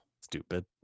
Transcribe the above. Stupid